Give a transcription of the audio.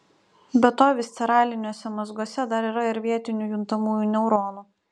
be to visceraliniuose mazguose dar yra ir vietinių juntamųjų neuronų